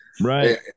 right